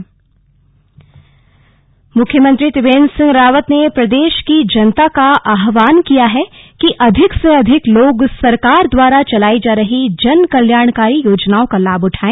संबोधन मुख्यमंत्री त्रिवेन्द्र सिंह रावत ने प्रदेश की जनता का आहवान किया है कि अधिक से अधिक लोग सरकार द्वारा चलाई जा रही जन कल्याणकारी योजनाओं का लाभ उठांए